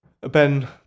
Ben